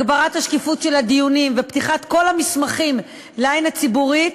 הגברת השקיפות של הדיונים ופתיחת כל המסמכים לעין הציבורית,